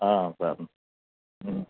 sir